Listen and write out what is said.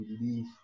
believe